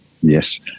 yes